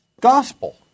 gospel